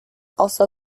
also